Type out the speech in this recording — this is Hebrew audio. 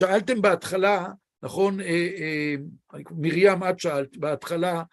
שאלתם בהתחלה, נכון? מרים, את שאלת בהתחלה.